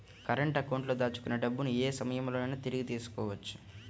current అకౌంట్లో దాచుకున్న డబ్బుని యే సమయంలోనైనా తిరిగి తీసుకోవచ్చు